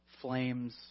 flames